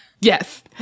Yes